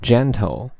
Gentle